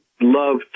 love